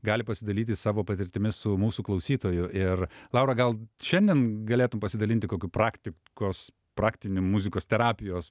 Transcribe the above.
gali pasidalyti savo patirtimi su mūsų klausytoju ir laura gal šiandien galėtum pasidalinti kokiu praktikos praktiniu muzikos terapijos